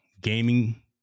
gaming